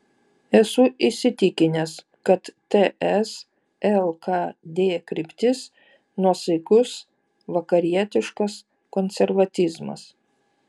esu įsitikinęs kad ts lkd kryptis nuosaikus vakarietiškas konservatizmas